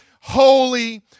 holy